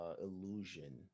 illusion